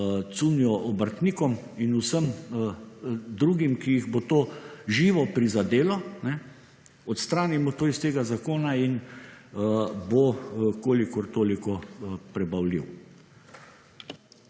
cunjo obrtnikom in vsem drugim, ki jih bo to živo prizadelo, odstranimo to iz tega zakona in bo kolikor toliko prebavljiv.